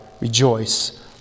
rejoice